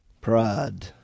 Pride